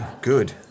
Good